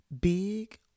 big